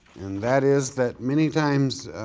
and that is that many times